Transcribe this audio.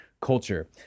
culture